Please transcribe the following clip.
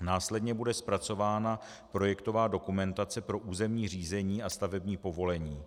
Následně bude zpracována projektová dokumentace pro územní řízení a stavební povolení.